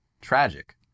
Tragic